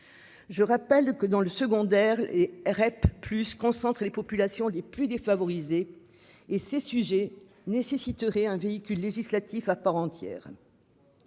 Je rappelle que dans le secondaire et REP plus concentre les populations les plus défavorisées et ces sujets nécessiterait un véhicule législatif à part entière.